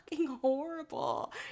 Horrible